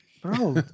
Bro